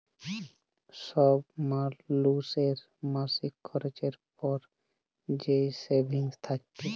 ছব মালুসের মাসিক খরচের পর যে সেভিংস থ্যাকে